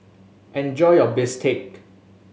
enjoy your bistake